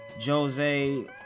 jose